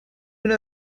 una